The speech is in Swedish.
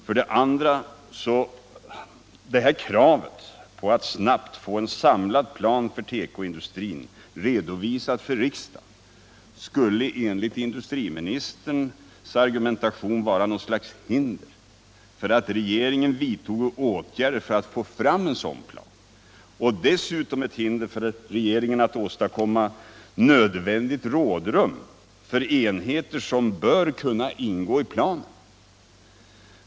För det andra: Det här kravet på att snabbt få en samlad plan för tekoindustrin redovisad för riksdagen skulle enligt industriministerns argumentation vara något slags hinder för regeringen när det gällde att vidta åtgärder för att få fram en sådan plan — och dessutom ett hinder för regeringen när det gällde att åstadkomma nödvändigt rådrum för enheter som bör kunna ingå i planen.